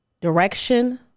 direction